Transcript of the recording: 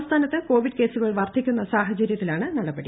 സംസ്ഥാനത്ത് കോവിഡ് കേസുകൾ വർദ്ധിക്കുന്ന സാഹചരൃത്തിലാണ് നടപടി